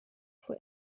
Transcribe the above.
for